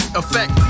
effect